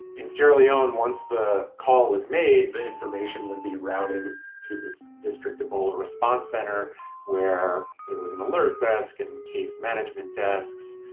in sierra leone, once the call was made, the information would be routed to this district ebola response center where there was an alert desk and case management desks,